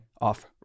off